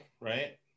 right